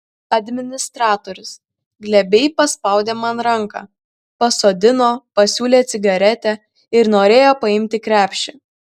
administratorius glebiai paspaudė man ranką pasodino pasiūlė cigaretę ir norėjo paimti krepšį